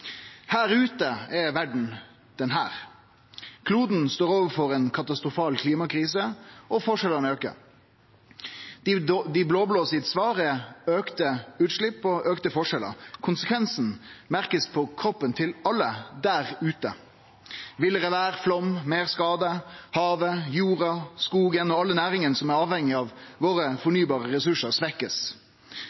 Her ute er verda denne: Kloden står overfor ei katastrofal klimakrise, og forskjellane aukar. Svaret frå dei blå-blå er auka utslepp og auka forskjellar. Konsekvensen merkar alle der ute på kroppen – villare vêr, flaum, meir skade, og havet, jorda, skogen og alle næringane som er avhengige av våre fornybare ressursar,